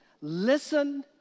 Listen